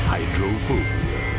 Hydrophobia